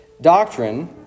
doctrine